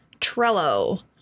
Trello